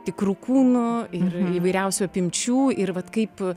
tikrų kūno ir įvairiausių apimčių ir vat kaip